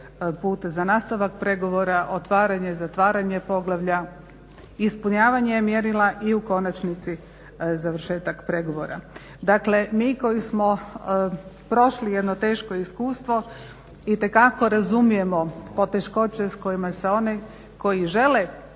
put za nastavak pregovora, otvaranje i zatvaranje poglavlja, ispunjavanje mjerila i u konačnici završetak pregovora. Dakle, mi koji smo prošli jedno teško iskustvo itekako razumijemo poteškoće s kojima se oni koji žele